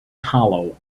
hollow